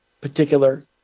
particular